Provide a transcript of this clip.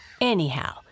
Anyhow